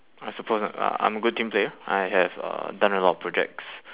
I suppose I I I'm a good team player I have uh done a lot of projects